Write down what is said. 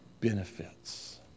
benefits